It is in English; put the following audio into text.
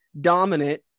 dominant